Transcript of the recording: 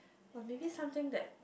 or maybe something that